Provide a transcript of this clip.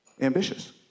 ambitious